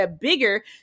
bigger